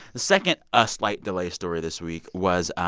the second ah slight delay story this week was